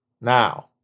Now